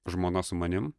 žmona su manim